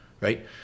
right